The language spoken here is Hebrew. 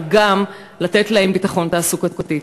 אבל גם לתת להן ביטחון תעסוקתי.